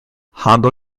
handel